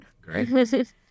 Great